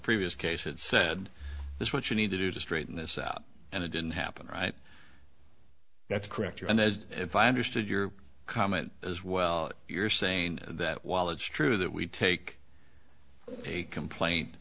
previous case it said this what you need to do to straighten this out and it didn't happen right that's correct and as if i understood your comment as well you're saying that while it's true that we take a complaint